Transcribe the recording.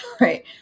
right